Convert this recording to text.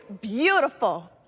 beautiful